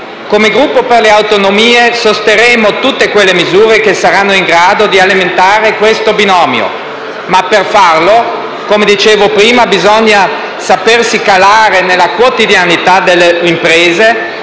Come Gruppo per le Autonomie sosterremo tutte quelle misure che saranno in grado di alimentare questo binomio, ma per farlo - come dicevo prima - bisogna sapersi calare nella quotidianità delle imprese,